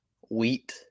Wheat